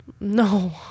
No